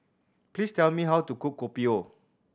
please tell me how to cook Kopi O